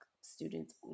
students